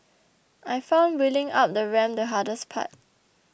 I found wheeling up the ramp the hardest part